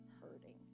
hurting